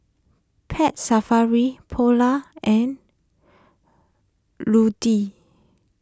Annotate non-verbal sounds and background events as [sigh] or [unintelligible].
Pet Safari Polar and [unintelligible]